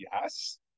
Yes